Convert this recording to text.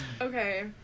Okay